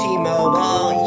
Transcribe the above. T-Mobile